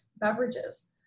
beverages